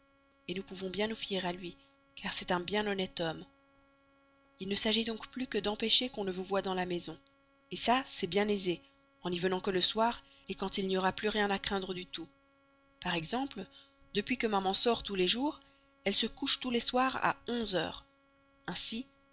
pas nous pouvons bien nous fier à lui car c'est un bien honnête homme il ne s'agit donc plus que d'empêcher qu'on ne vous voie dans la maison ça c'est bien aisé en n'y venant que le soir quand il n'y aura plus rien à craindre du tout par exemple depuis que maman sort tous les jours elle se couche tous les soirs à onze heures ainsi